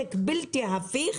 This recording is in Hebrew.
נזק בלתי הפיך